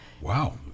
wow